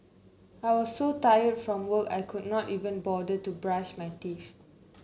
I was so tired from work I could not even bother to brush my teeth